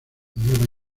nueva